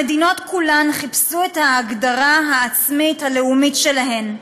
המדינות כולן חיפשו את ההגדרה העצמית הלאומית שלהן.